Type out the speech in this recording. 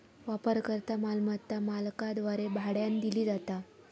वापरकर्ता मालमत्ता मालकाद्वारे भाड्यानं दिली जाता